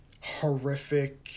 horrific